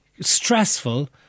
stressful